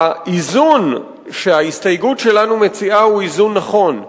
האיזון שההסתייגות שלנו מציעה הוא איזון נכון,